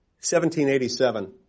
1787